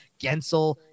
Gensel